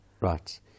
Right